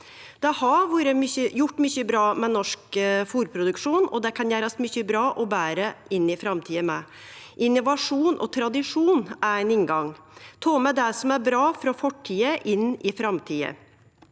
Det har vore gjort mykje bra med norsk fôrproduksjon, og det kan gjerast mykje bra – og betre – òg i framtida. Innovasjon og tradisjon er ein inngang: å ta med det som er bra frå fortida inn i framtida.